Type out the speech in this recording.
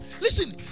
Listen